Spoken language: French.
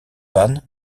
bahn